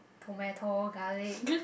tomato garlic